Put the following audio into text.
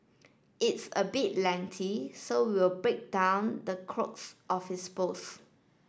it's a bit lengthy so we will break down the crux of his post